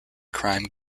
crime